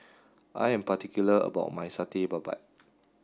I am particular about my Satay Babat